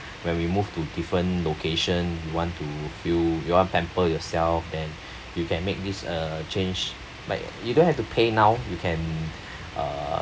when we move to different location you want to if you you want to pamper yourself and you can make this uh change like you don't have to pay now you can uh